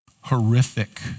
Horrific